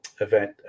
event